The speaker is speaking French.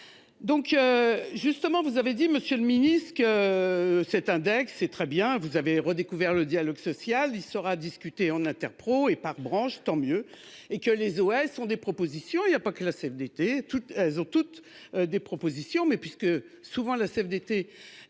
Donc. Justement, vous avez dit monsieur le Ministre. Que cet index, c'est très bien, vous avez redécouvert le dialogue social, il sera discuté en interpro et par branche tant mieux et que les ouais sont des propositions il y a pas que la CFDT, toutes, elles ont toutes des propositions mais puisque souvent la CFDT.